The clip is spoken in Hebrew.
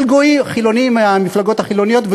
מהמפלגות החילוניות,